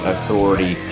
Authority